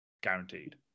guaranteed